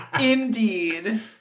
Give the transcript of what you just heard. Indeed